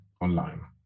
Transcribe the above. online